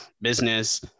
business